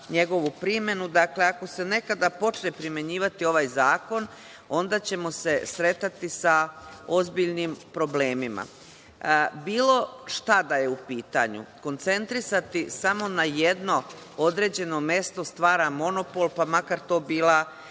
ako se nekada počne primenjivati ovaj zakon, onda ćemo se sretati sa ozbiljnim problemima. Bilo šta da je u pitanju, koncentrisati samo na jedno određeno mesto, stvara monopol, pa makar to bila